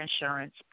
insurance